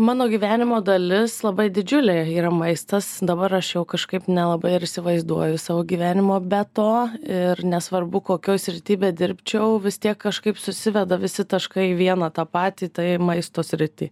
mano gyvenimo dalis labai didžiulė yra maistas dabar aš jau kažkaip nelabai ir įsivaizduoju savo gyvenimo be to ir nesvarbu kokioj srity bedirbčiau vis tiek kažkaip susiveda visi taškai į vieną tą patį tai į maisto sritį